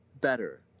better